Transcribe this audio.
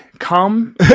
Come